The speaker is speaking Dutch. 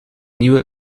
nieuwe